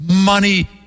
Money